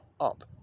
up